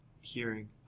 hearing